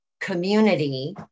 Community